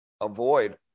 avoid